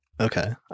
Okay